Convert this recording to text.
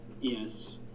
Yes